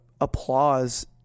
applause